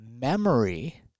memory